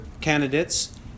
candidates